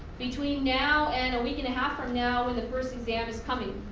between now and a week and a half from now, when the first exam is coming.